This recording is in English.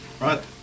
Right